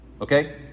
Okay